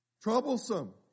troublesome